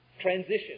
transition